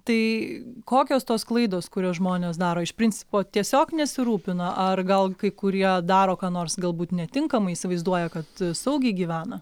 tai kokios tos klaidos kurias žmonės daro iš principo tiesiog nesirūpina ar gal kai kurie daro ką nors galbūt netinkamai įsivaizduoja kad saugiai gyvena